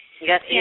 Yes